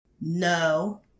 No